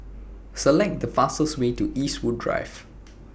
Select The fastest Way to Eastwood Drive